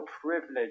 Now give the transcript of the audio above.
privilege